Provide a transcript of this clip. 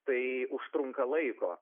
tai užtrunka laiko